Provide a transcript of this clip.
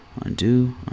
undo